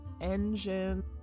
engine